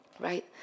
right